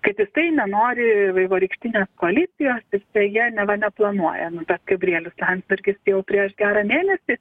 kad jisai nenori vaivorykštinės koalicijos ir su ja neva neplanuoja nu bet gabrielius landsbergis jau prieš gerą mėnesį